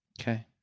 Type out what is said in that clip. Okay